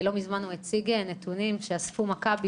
לא מזמן הציג נתונים ראשוניים שאספו מכבי